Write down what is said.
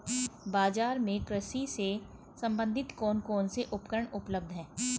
बाजार में कृषि से संबंधित कौन कौन से उपकरण उपलब्ध है?